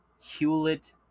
Hewlett